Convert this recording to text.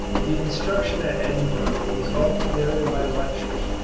the instruction at edinburgh was altogether by lectures,